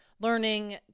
learning